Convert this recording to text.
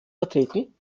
vertreten